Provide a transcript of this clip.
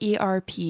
ERP